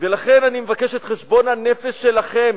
ולכן אני מבקש את חשבון הנפש שלכם.